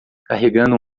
carregando